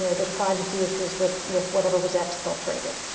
yeah there's privacy issues with with whatever was exfiltrated,